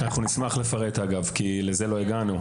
אנחנו נשמח לפרט, אגב, כי לזה לא הגענו.